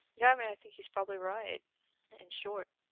yeah, i mean, i think he's probably right and in short,